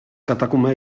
katakume